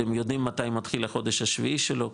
אתם יודעים מתי מתחיל החודש השביעי שלו,